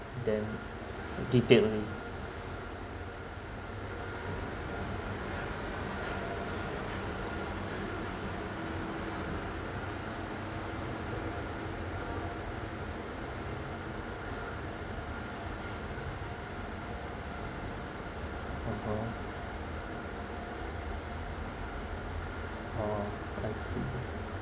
then detail oh I see